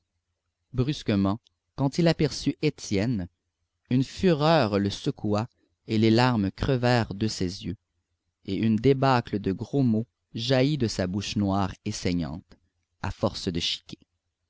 brusquement quand il aperçut étienne une fureur le secoua et des larmes crevèrent de ses yeux et une débâcle de gros mots jaillit de sa bouche noire et saignante à force de chiquer